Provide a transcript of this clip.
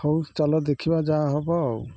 ହଉ ଚାଲ ଦେଖିବା ଯାହା ହବ ଆଉ